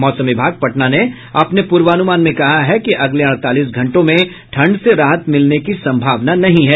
मौसम विभाग पटना ने अपने प्रर्वान्मान में कहा है कि अगले अड़तालीस घंटों में ठंड से राहत मिलने मिलने की संभावना नहीं है